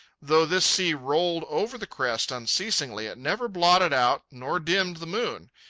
though this sea rolled over the crest unceasingly, it never blotted out nor dimmed the moon,